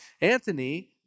Anthony